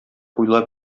уйлап